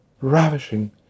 ravishing